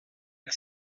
que